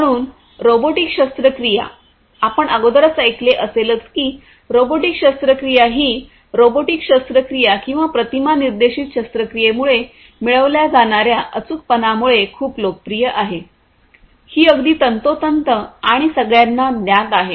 म्हणून रोबोटिक शस्त्रक्रिया आपण अगोदरच ऐकले असेलच की रोबोटिक शस्त्रक्रिया ही रोबोटिक शस्त्रक्रिया किंवा प्रतिमा निर्देशित शस्त्रक्रियेमुळे मिळविल्या जाणार्या अचूकपणामुळे खूप लोकप्रिय आहे ही अगदी तंतोतंत आणि सगळ्यांना ज्ञात आहे